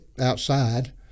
outside